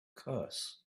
curse